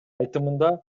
айтымында